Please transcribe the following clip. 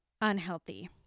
unhealthy